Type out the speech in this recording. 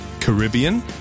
Caribbean